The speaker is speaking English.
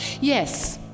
yes